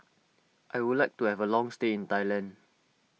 I would like to have a long stay in Thailand